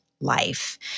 life